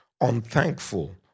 unthankful